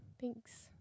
thanks